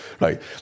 right